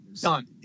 done